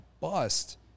bust